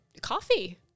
Coffee